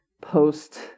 post